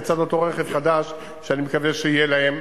לצד אותו רכב חדש שאני מקווה שיהיה להם.